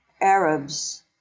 Arabs